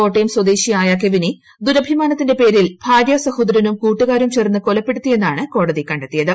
കോട്ടയം സ്വദേശിയായ കെവിനെ ദുരഭിമാനത്തിന്റെ പേരിൽ ഭാര്യ നീനുവിന്റെ സഹോദരനും കൂട്ടുകാരും ചേർന്ന് കൊലപ്പെടുത്തിയെന്നാണ് കോടതി കണ്ടെത്തിയത്